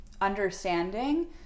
understanding